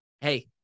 Hey